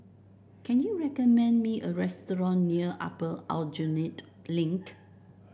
can you recommend me a restaurant near Upper Aljunied Link